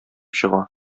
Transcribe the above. чыга